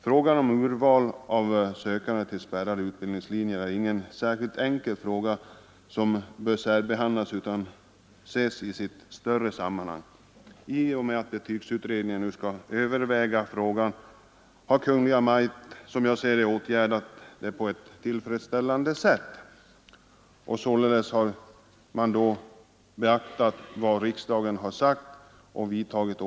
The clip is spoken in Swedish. Frågan om urval av sökande till spärrade utbildningslinjer är inte så enkel att den kan särbehandlas, utan den bör ses i ett större sammanhang. I och med att betygsutredningen nu skall överväga frågan har Kungl. Maj:t, som jag ser det, åtgärdat saken på ett tillfredsställande sätt och således beaktat vad riksdagen har anfört.